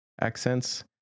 accents